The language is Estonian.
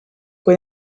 kui